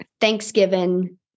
Thanksgiving